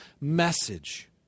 message